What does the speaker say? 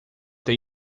ter